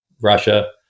Russia